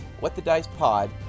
whatthedicepod